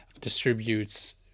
distributes